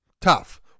tough